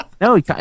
No